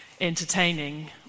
entertaining